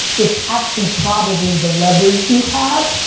it's actually probably the leverage you have.